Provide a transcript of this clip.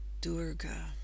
Durga